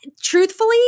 truthfully